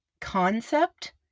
concept